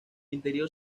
interior